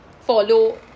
follow